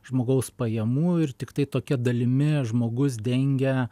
žmogaus pajamų ir tiktai tokia dalimi žmogus dengia